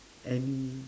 and